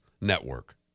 Network